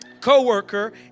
co-worker